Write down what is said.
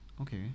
Okay